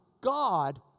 God